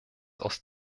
aus